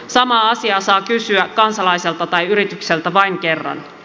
samaa asiaa saa kysyä kansalaiselta tai yritykseltä vain kerran